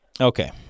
Okay